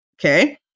okay